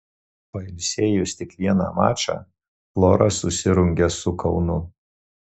pailsėjus tik vieną mačą flora susirungia su kaunu